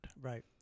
right